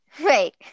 wait